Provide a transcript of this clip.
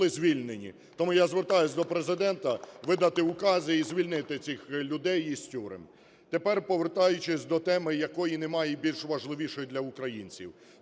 Тому я звертаюсь до Президента видати укази і звільнити цих людей із тюрем. Тепер, повертаючись до теми, якої немає більш важливішої для українців.